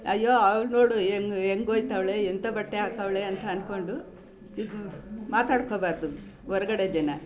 ಅಯ್ಯೋ ಅವಳು ನೋಡು ಹೆಂಗ್ ಹೆಂಗ್ ಒಯ್ತವಳೆ ಎಂಥ ಬಟ್ಟೆ ಹಾಕವ್ಳೆ ಅಂತ ಅನ್ಕೊಂಡು ಇದು ಮಾತಾಡ್ಕೋಬಾರ್ದು ಹೊರ್ಗಡೆ ಜನ